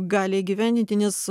gali įgyvendinti nes